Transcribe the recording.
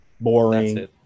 boring